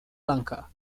lanka